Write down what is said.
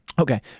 Okay